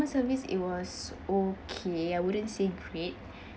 service it was okay I wouldn't say great